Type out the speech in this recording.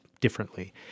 differently